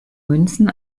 münzen